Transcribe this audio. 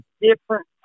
different